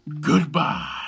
Goodbye